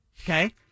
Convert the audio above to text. okay